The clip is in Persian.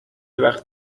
وقت